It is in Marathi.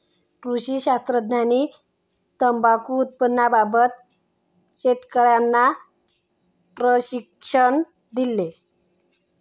कृषी शास्त्रज्ञांनी तंबाखू उत्पादनाबाबत शेतकर्यांना प्रशिक्षण दिले